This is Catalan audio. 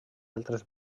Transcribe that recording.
altres